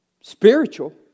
spiritual